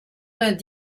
vingt